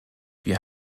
wir